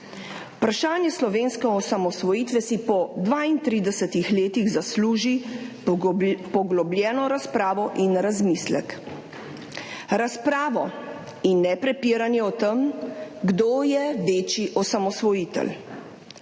Vprašanje slovenske osamosvojitve si po 32 letih zasluži poglobljeno razpravo in razmislek. Razpravo in ne prepiranje o tem, kdo je večji osamosvojitelj.